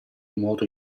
nuoto